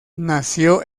nació